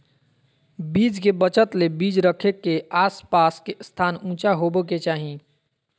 बीज के बचत ले बीज रखे के आस पास के स्थान ऊंचा होबे के चाही